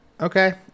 okay